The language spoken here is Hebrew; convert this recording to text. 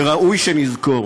ראוי שנזכור: